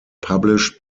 published